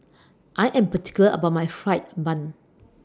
I Am particular about My Fried Bun